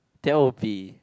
that'll be